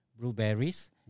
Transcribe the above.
blueberries